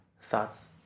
thoughts